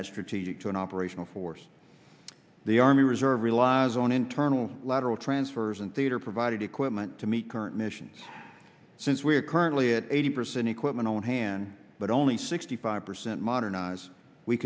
that strategic to an operational force the army reserve relies on internal lateral transfers and theater provided equipment to meet current missions since we are currently at eighty percent equipment on hand but only sixty five percent modernize we